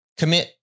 commit